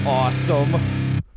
awesome